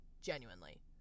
genuinely